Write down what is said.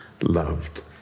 loved